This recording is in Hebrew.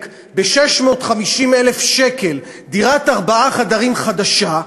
ב-650,000 שקל דירת ארבעה חדרים חדשה,